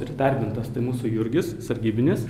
ir įdarbintas tai mūsų jurgis sargybinis